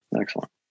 Excellent